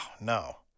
no